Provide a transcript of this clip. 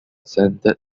centered